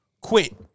quit